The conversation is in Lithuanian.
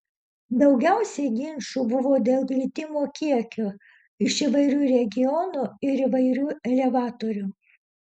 daugiausiai ginčų buvo dėl glitimo kiekio iš įvairių regionų ir įvairių elevatorių